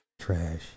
Trash